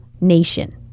nation